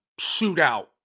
shootout